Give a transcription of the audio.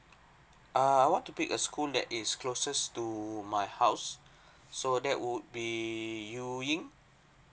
err want to pick a school that is closest to my house so that would be you ying